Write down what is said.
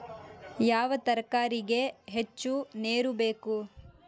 ಯಾವ ತರಕಾರಿಗೆ ಹೆಚ್ಚು ನೇರು ಬೇಕು?